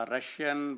Russian